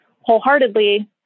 wholeheartedly